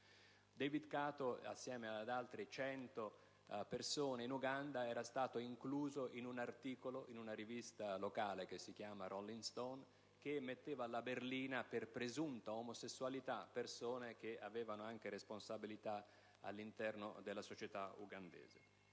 David Kato, assieme ad altre 100 persone in Uganda, era stato incluso in un articolo della rivista locale «Rolling Stone», che metteva alla berlina per presunta omosessualità persone che avevano anche responsabilità all'interno della società ugandese.